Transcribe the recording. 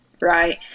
right